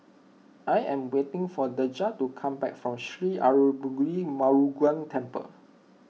I am waiting for Deja to come back from Sri Arulmigu Murugan Temple